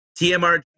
TMR